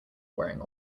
wearing